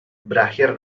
berakhir